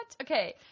Okay